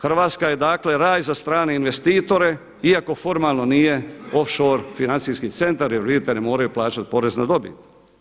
Hrvatska je raj za strane investitore iako formalno nije off shore financijski centar jer vidite ne moraju plaćati porez na dobit.